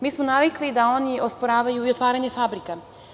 Mi smo navikli da oni osporavaju i otvaranje fabrika.